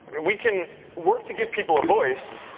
and we can work to give people a voice,